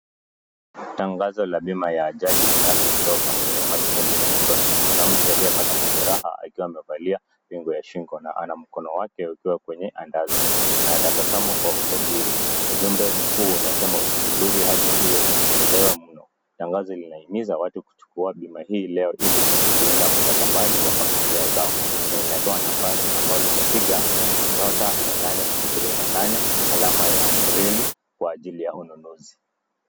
Tangazo la bima ya ajali binafsi kutoka kampuni ya Madison General Insuarance. Mwanamke aliyepata majeraha akiwa amevalia pingu ya shingo na ana mkono wake ukiwa kwenye andazi. Anatabasamu kwa usajili. Ujumbe mkuu unasema usisubiri hadi iwe umechelewa mno. Tangazo linahimiza watu kuchukua bima hii leo ili kulinda mustakabali wa familia zao na inatoa nambari ambalo utapiga nyota mia nane ishirini na nane, alama ya reli kwa ajili ya ununuzi.